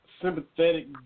sympathetic